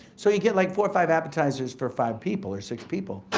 so, you get like four, five appetizers for five people, or six people.